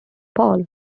paul